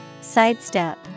Sidestep